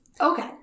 Okay